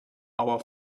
our